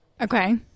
Okay